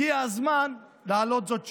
הגיע הזמן להעלות זאת שוב.